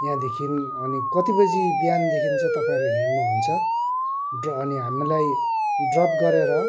यहाँदेखिन् अनि कति बजी बिहानदेखिन् चाहिँ तपाईँहरू हिँड्नुहुन्छ ड्र अनि हामीलाई ड्रप गरेर